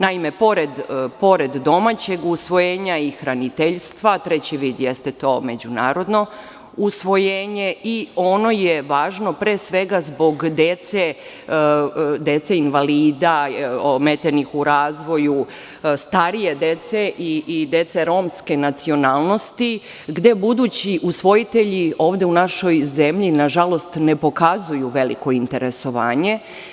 Naime, pored domaćeg usvojenja i hraniteljstva, treći vid jeste to međunarodno usvojenje i ono je važno pre svega zbog dece invalida, ometenih u razvoju, starije dece i dece romske nacionalnosti, gde budući usvojitelji ovde u našoj zemlji, nažalost, ne pokazuju veliko interesovanje.